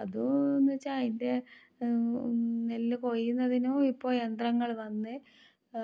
അതെന്നു വെച്ചാൽ അതിൻ്റെ നെല്ല് കൊയ്യുന്നതിനോ ഇപ്പോൾ യന്ത്രങ്ങൾ വന്നു